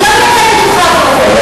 אתה לא מצביע לנו,